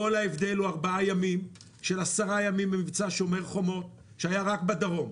כל ההבדל הוא 4 ימים של 10 ימים ממבצע שומר החומות שהיה רק בדרום,